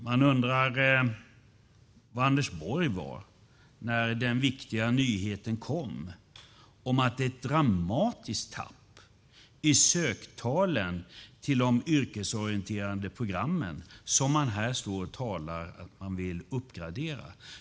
Man undrar var Anders Borg var när den viktiga nyheten kom om att det är ett dramatiskt tapp i söktalen när det gäller yrkesorienterade program som han här säger att man vill uppgradera.